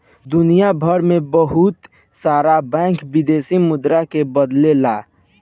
दुनियभर में बहुत सारा बैंक विदेशी मुद्रा के बदलेला